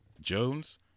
Jones